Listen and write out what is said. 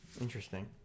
interesting